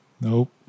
Nope